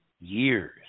years